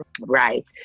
Right